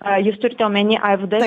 a jūs turite omeny arvydą